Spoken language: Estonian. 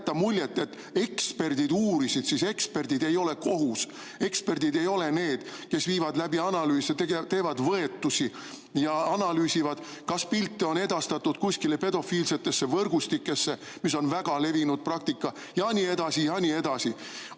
et eksperdid uurisid, siis eksperdid ei ole kohus. Eksperdid ei ole need, kes viivad läbi analüüse, teevad võetusi ja analüüsivad, kas pilte on edastatud kuskile pedofiilsetesse võrgustikesse, mis on väga levinud praktika ja nii edasi ja nii edasi. Alla